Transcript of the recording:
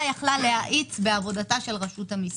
יכלה להאיץ בעבודת של רשות המיסים.